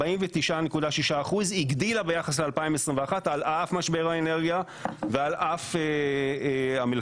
49.6%. הגדילה ביחס ל-2021 על אף משבר האנרגיה ועל אף המלחמה.